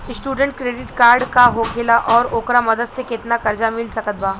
Student credit card का होखेला और ओकरा मदद से केतना कर्जा मिल सकत बा?